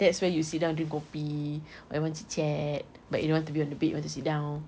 that's where you sit down drink kopi or you want chit-chat but you don't want to be on the bed you want to sit down